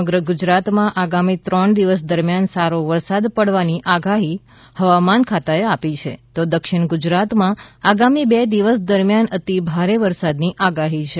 સમગ્ર ગુજરાતમાં આગામી ત્રણ દિવસ દરમ્યાન સારો વરસાદ પડવાની આગાહી હવામાન ખાતાએ આપી છે તો દક્ષિણ ગુજરાતમાં આગામી બે દિવસ દરમ્યાન અતિ ભારે વરસાદની આગાહી છે